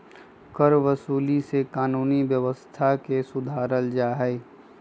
करवसूली से कानूनी व्यवस्था के सुधारल जाहई